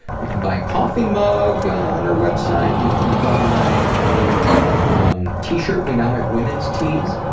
you can buy a coffee mug on our website, you can buy a um t-shirt. we now have women's tees.